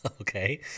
Okay